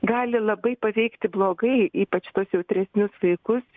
gali labai paveikti blogai ypač tuos jautresnius vaikus